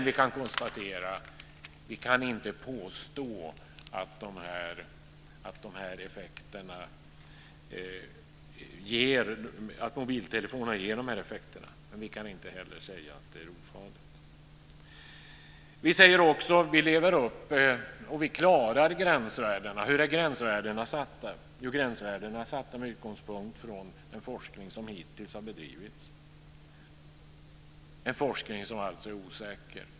Vi kan dock konstatera att vi inte kan påstå att mobiltelefonerna ger de här effekterna, men vi kan inte heller säga att de ofarliga. Vi säger också att vi lever upp till och klarar gränsvärdena. Men hur är gränsvärdena satta? Jo, gränsvärdena är satta med utgångspunkt från den forskning som hittills har bedrivits, en forskning som alltså är osäker.